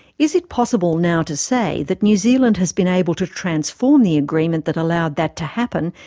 is it possible now to say that new zealand has been able to transform the agreement that allowed that to happen,